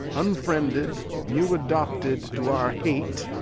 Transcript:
unfriended, new adopted to our hate,